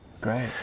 Great